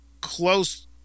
close